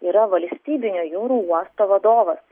yra valstybinio jūrų uosto vadovas